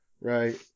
Right